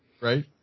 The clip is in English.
Right